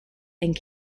and